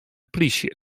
plysje